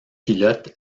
pilote